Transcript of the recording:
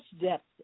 depth